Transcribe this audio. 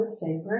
favorite